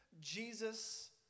Jesus